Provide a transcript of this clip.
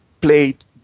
played